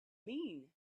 mean